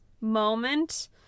moment